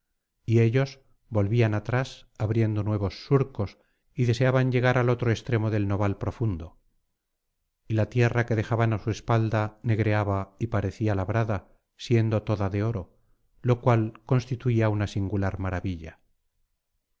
y ellos volvían atrás abriendo nuevos surcos y deseaban llegar al otro extremo del noval profundo y la tierra que dejaban á su espalda negreaba y parecía labrada siendo toda de oro lo cual constituía una singular maravilla